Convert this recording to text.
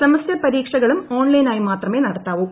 semester പരീക്ഷകളും ഓൺലൈനായി മാത്രമേ നടത്താവൂ